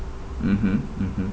mmhmm mmhmm